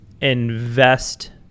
invest